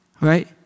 Right